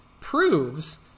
proves